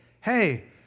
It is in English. hey